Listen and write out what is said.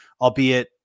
Albeit